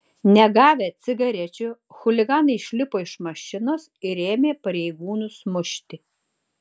negavę cigarečių chuliganai išlipo iš mašinos ir ėmė pareigūnus mušti